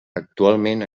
actualment